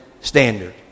standard